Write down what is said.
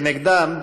כנגדם,